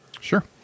Sure